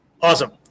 Awesome